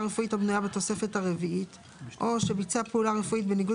רפואית המנויה בתוספת הרביעית או שביצע פעולה רפואית בניגוד